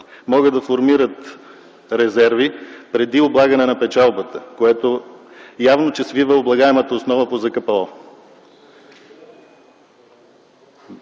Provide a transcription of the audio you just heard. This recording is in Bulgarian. могат да формират резерви преди облагане на печалбата, което явно че свива облагаемата основа по ЗКПО.